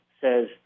says